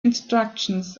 instructions